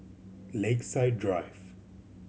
Lakeside Drive